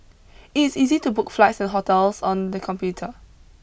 it is easy to book flights and hotels on the computer